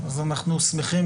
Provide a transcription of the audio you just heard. אז אנחנו שמחים,